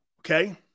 okay